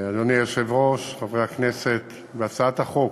אדוני היושב-ראש, חברי הכנסת, בהצעת החוק